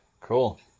Cool